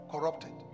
Corrupted